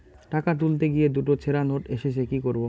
টাকা তুলতে গিয়ে দুটো ছেড়া নোট এসেছে কি করবো?